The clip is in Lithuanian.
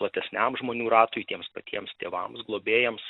platesniam žmonių ratui tiems patiems tėvams globėjams